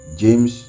james